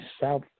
South